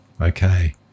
Okay